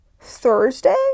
Thursday